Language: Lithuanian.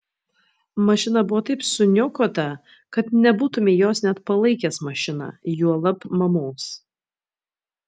mašina buvo taip suniokota kad nebūtumei jos net palaikęs mašina juolab mamos